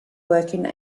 working